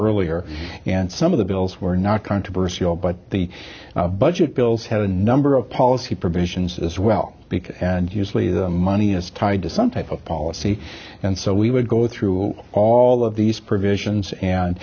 earlier and some of the bills were not controversial but the budget bills had a number of policy provisions as well because usually the money is tied to some type of policy and so we would go through all of these provisions and